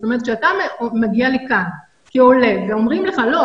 זאת אומרת כשאתה מגיע לכאן כעולה ואומרים לך: לא,